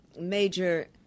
major